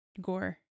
gore